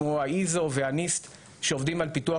כמו ה-ISO ו-NIST שעובדים על פיתוח